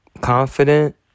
confident